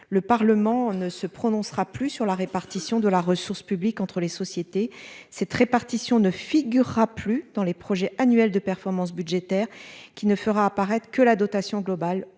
Le Parlement ne se prononcera plus sur la répartition de la ressource publique entre les sociétés c'est très partition ne figurera plus dans les projets annuels de performances budgétaires qui ne fera apparaître que la dotation globale.